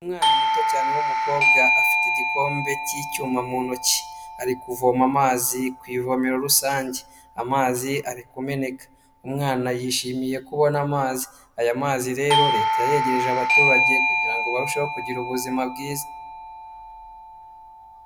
Umwana muto cyane w'umukobwa afite igikombe cy'icyuma mu ntoki, ari kuvoma amazi ku ivomero rusange, amazi ari kumeneka, umwana yishimiye kubona amazi, aya mazi rero Leta yayegereje abaturage kugira ngo barusheho kugira ubuzima bwiza.